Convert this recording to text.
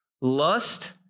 Lust